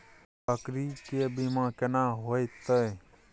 बकरी के बीमा केना होइते?